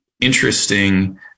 interesting